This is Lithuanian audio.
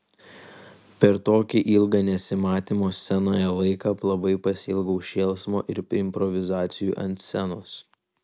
per tokį ilgą nesimatymo scenoje laiką labai pasiilgau šėlsmo ir improvizacijų ant scenos